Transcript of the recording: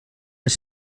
les